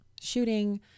shooting